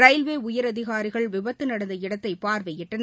railway உயரதிகாரிகள் விபத்து நடந்த இடத்தை பார்வையிட்டனர்